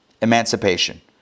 emancipation